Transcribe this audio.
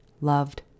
loved